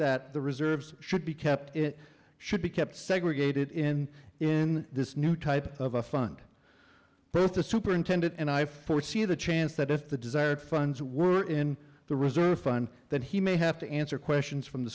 that the reserves should be kept it should be kept segregated in in this new type of a fund both the superintendent and i foresee the chance that if the desired funds were in the reserve fund that he may have to answer questions from the